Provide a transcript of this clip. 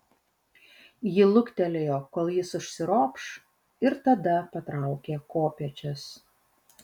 ji luktelėjo kol jis užsiropš ir tada patraukė kopėčias